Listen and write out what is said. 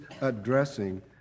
addressing